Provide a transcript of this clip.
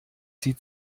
sie